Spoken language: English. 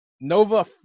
Nova